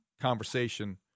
conversation